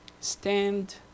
Stand